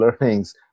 learnings